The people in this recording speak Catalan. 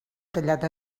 tallat